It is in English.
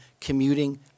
commuting